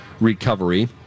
recovery